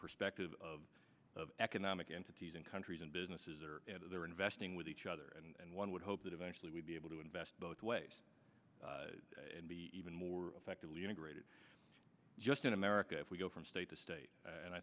perspective of of economic entities and countries and businesses are they're investing with each other and one would hope that eventually we'd be able to invest both ways and be even more effectively integrated just in america if we go from state to state and i